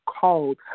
called